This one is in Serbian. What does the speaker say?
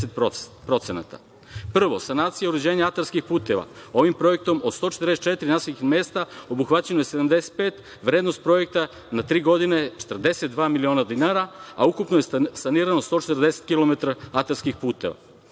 70%.Prvo, sanacija uređenja atarskih puteva, ovim projektom od 144 naseljenih mesta obuhvaćeno je 75, vrednost projekta na tri godine 42 miliona dinara, a ukupno je sanirano 140 kilometara atarskih puteva.